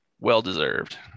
Well-deserved